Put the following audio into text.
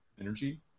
energy